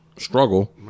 Struggle